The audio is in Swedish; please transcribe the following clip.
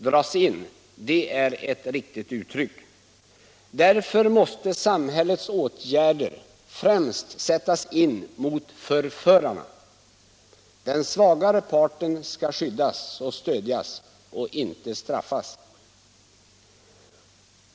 ”Dras in i” är ett riktigt uttryck. Därför måste samhällets åtgärder främst sättas in mot förförarna. Den svagare parten skall skyddas och stödjas och inte straffas.